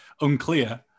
unclear